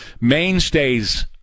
mainstays